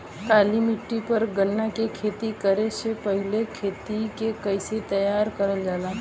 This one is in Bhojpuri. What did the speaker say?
काली मिट्टी पर गन्ना के खेती करे से पहले खेत के कइसे तैयार करल जाला?